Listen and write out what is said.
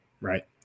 right